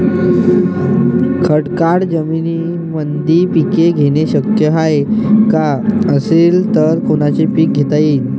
खडकाळ जमीनीमंदी पिके घेणे शक्य हाये का? असेल तर कोनचे पीक घेता येईन?